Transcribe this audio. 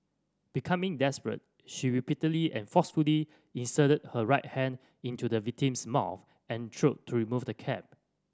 becoming desperate she repeatedly and forcefully inserted her right hand into the victim's mouth and throat to remove the cap